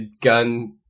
gun